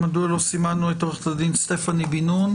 עו"ד סטפני בן נון